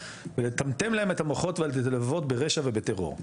ולטמטם להם את המוחות שמלוות ברשע ובטרור,